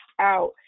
out